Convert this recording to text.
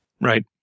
right